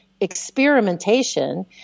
experimentation